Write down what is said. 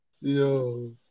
Yo